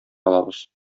алабыз